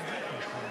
נתקבלה.